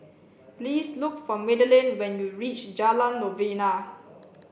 please look for Madaline when you reach Jalan Novena